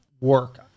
work